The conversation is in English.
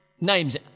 names